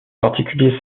particulier